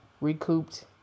recouped